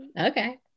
Okay